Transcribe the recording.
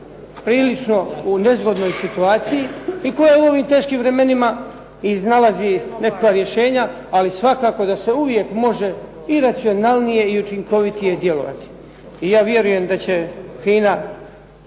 prilično u nezgodnoj situaciji i koja u ovim teškim vremenima iznalazi neka rješenja, ali svakako da se uvijek može i racionalnije i učinkovitije djelovati. I ja vjerujem da će FINA